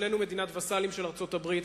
איננו מדינת וסלים של ארצות-הברית,